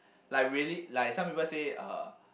like really like some people say uh